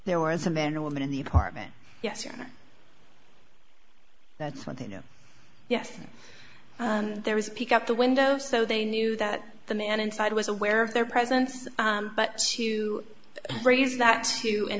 there was a man or woman in the apartment yes that's what they know yes there was pick up the window so they knew that the man inside was aware of their presence but to raise that to an